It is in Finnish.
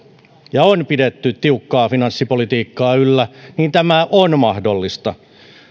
ja on pidetty tiukkaa finanssipolitiikkaa yllä tämä on mahdollista